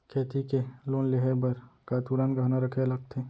खेती के लोन लेहे बर का तुरंत गहना रखे लगथे?